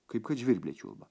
kaip kad žvirbliai čiulba